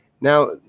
Now